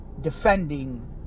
defending